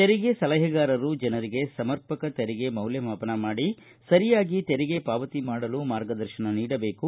ತೆರಿಗೆ ಸಲಹೆಗಾರರು ಜನರಿಗೆ ಸಮರ್ಪಕ ತೆರಿಗೆ ಮೌಲ್ಡಮಾಪನ ಮಾಡಿ ಸರಿಯಾಗಿ ತೆರಿಗೆ ಪಾವತಿ ಮಾಡಲು ಮಾರ್ಗದರ್ಶನ ನೀಡಬೇಕು